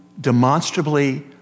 demonstrably